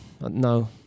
No